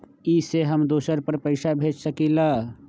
इ सेऐ हम दुसर पर पैसा भेज सकील?